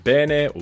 Bene